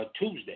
Tuesday